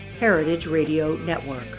heritageradionetwork